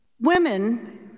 women